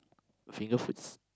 finger foods